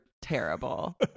terrible